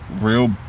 real